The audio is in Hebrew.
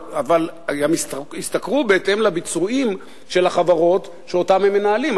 אבל הם ישתכרו בהתאם לביצועים של החברות שאותן הם מנהלים.